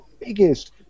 biggest